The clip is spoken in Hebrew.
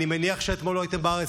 אני מניח שאתמול לא הייתם בארץ,